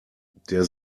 der